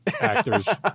actors